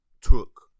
took